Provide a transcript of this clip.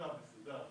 מעוצב ומסודר.